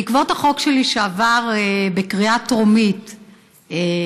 בעקבות החוק שלי, שעבר בקריאה טרומית בכנסת,